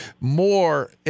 more